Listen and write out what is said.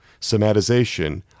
somatization